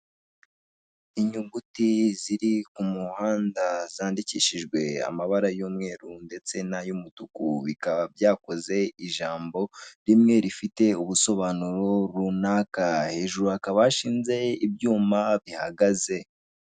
Inyuguti ziri kumuhanda zandikishijwe amabara y'umweru ndetse n'ay'umutuku. Bikaba byakoze ijambo rimwe rifite ubusobanuro runaka. Hejuru hakaba hashinze ibyuma bihagaze.